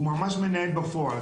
הוא ממש מנהל בפועל.